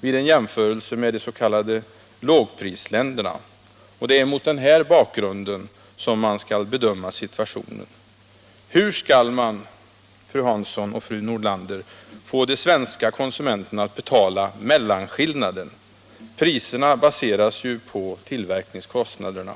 vid en jämförelse med de s.k. Nr 138 lågprisländerna. Det är mot den här bakgrunden som man skall bedöma Onsdagen den situationen. Hur skall man, fru Hansson och fru Nordlander, få de sven 25 maj 1977 ska konsumenterna att betala mellanskillnaden? Priserna baseras ju på tillverkningskostnaderna.